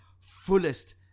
fullest